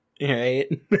Right